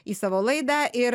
į savo laidą ir